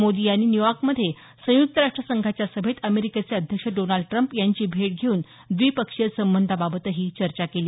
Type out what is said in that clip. मोदी यांनी न्यूयॉर्कमधे संयुक्त राष्ट्र संघाच्या सभेत अमेरिकेचे अध्यक्ष डोनाल्ड ट्रंप यांची भेट घेऊन द्विपक्षीय संबंधांबाबत चर्चा केली